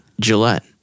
Gillette